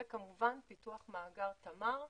וכמובן פיתוח מאגר תמר,